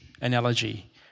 analogy